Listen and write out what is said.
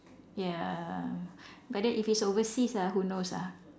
ya but then if it's overseas ah who knows ah